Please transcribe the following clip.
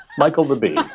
michael the bee